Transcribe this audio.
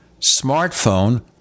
smartphone